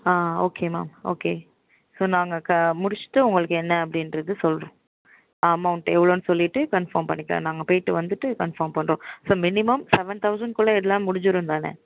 ஆ okay ma'am okay so நாங்கள் க முடித்துட்டு உங்களுக்கு என்ன அப்படின்றது சொல்கிறோம் அமௌண்ட் எவ்வளோன்னு சொல்லிட்டு கன்ஃபார்ம் பண்ணிக்கிறேன் நாங்கள் போயிட்டு வந்துட்டு கன்ஃபார்ம் பண்ணுறோம் ஸோ மினிமம் செவன் தௌசண்ட்குள்ள எல்லாம் முடிஞ்சிடும் தானே